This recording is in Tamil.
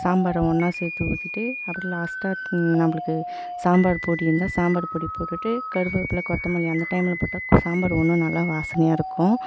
சாம்பாரை ஒன்னாக சேர்த்து ஊத்திவிட்டு அப்பறம் லாஸ்ட்டாக நம்மளுக்கு சாம்பார் பொடி இருந்தால் சாம்பார் பொடி போட்டுவிட்டு கருவேப்பிலை கொத்தமல்லி அந்த டைமில் போட்டால் சாம்பார் இன்னும் நல்லா வாசனையாக இருக்கும்